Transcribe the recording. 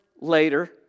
later